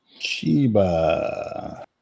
Chiba